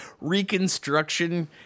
reconstruction